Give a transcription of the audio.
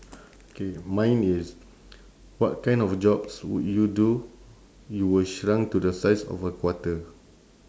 okay mine is what kind of jobs would you do you were shrunk to the size of a quarter